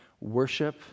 Worship